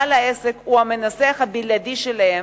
בעל העסק הוא המנסח הבלעדי שלהם,